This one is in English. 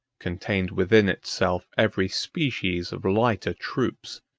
contained within itself every species of lighter troops,